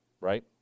right